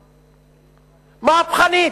מהפכנית,